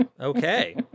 Okay